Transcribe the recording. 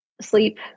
sleep